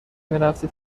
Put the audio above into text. میرفتی